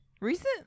Recent